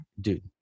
dude